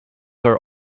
are